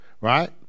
right